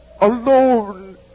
alone